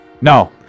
No